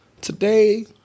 Today